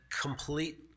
complete